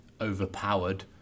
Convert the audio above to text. overpowered